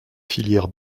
filière